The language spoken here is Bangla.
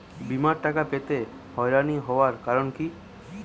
বিমার টাকা পেতে হয়রানি হওয়ার কারণ কি?